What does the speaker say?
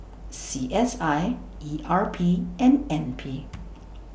C S I E R P and N P